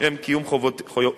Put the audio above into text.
לשם קיום חובותיהם,